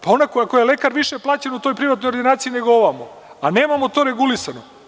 Pa on, ako je lekar, više je plaćen u toj privatnoj ordinaciji nego ovamo, a nemamo to regulisano.